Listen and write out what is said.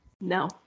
No